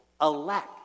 elect